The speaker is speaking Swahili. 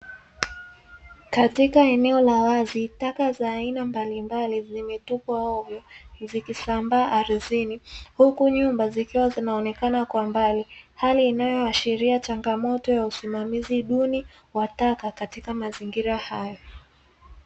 Katika eneo la wazi taka za aina mbalimbali zimetupwa ovyo zikisambaa ardhini, huku nyumba zikiwa zinaonekana kwa mbali hali inayoashiria changamoto ya usimamizi duni wa taka katika mazingira hayo.